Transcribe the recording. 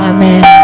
Amen